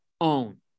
own